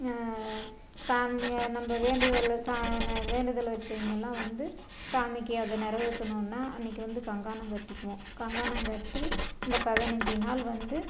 கா நம்ப வேண்டுதல் சா ந வேண்டுதல் வச்சவைங்கெல்லாம் வந்து சாமிக்கு அதை நிறைவேத்தணுன்னா அன்னைக்கு வந்து கங்கானம் கட்டிக்குவோம் கங்கானம் கட்டி அந்த பதினஞ்சு நாள் வந்து